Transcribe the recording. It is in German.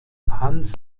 hans